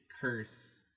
curse